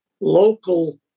local